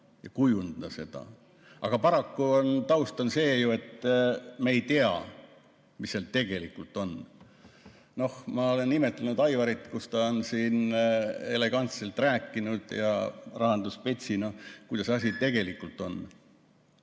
ja kujundada seda, aga paraku on taust see, et me ei tea, mis seal tegelikult on. Ma olen imetlenud Aivarit, kes on siin elegantselt rääkinud rahandusspetsina, kuidas asi tegelikult on.